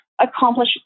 accomplish